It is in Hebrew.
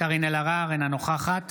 קארין אלהרר, אינה נוכחת